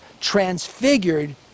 transfigured